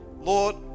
Lord